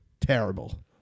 terrible